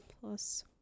plus